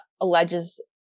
alleges